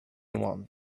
one